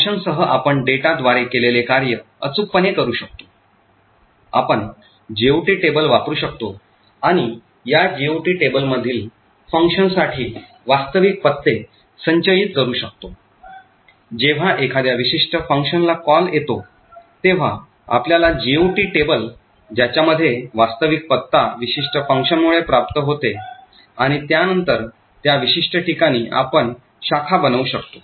फंक्शन्ससह आपण डेटा द्वारे केलेले कार्य अचूकपणे करू शकतो आपण जीओटी टेबल वापरू शकतो आणि या जीओटी टेबल मधील फंक्शन्ससाठी वास्तविक पत्ते संचयित करू शकतो जेव्हा एखाद्या विशिष्ट फंक्शनला कॉल येतो तेव्हा आपल्याला जीओटी टेबल ज्याच्या मध्ये वास्तविक पत्ता विशिष्ट फंक्शन मुळे प्राप्त होते आणि त्यानंतर त्या विशिष्ट ठिकाणी आपण शाखा बनवू शकतो